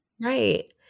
Right